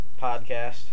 podcast